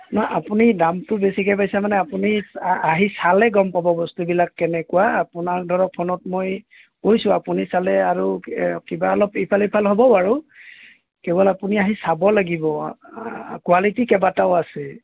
নহয় আপুনি দামটো বেছিকৈ পাইছে মানে আপুনি আহি চালে গম পাব বস্তুবিলাক এনেকুৱা আপোনাৰ ধৰক ফোনত মই কৈছোঁ আপুনি চালে আৰু কিবা অলপ ইফাল সিফাল হ'ব বাৰু কেৱল আপুনি আহি চাব লাগিব কোৱালিটি কেইবাটাও আছে